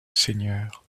seigneur